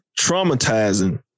traumatizing